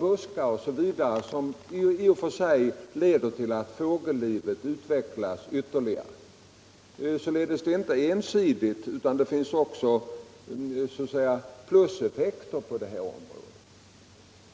buskvegetationen, vilket i sin tur främjar fågellivet. Sådana här övningar har alltså även positiva effekter.